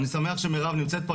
ואני שמח שמירב נמצאת פה,